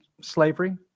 slavery